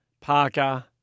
Parker